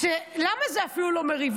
שהן יכולות לריב